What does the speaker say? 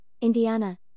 Indiana